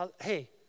Hey